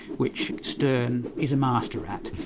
which sterne is a master at.